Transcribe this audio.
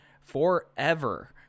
forever